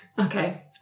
Okay